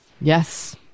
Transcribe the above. Yes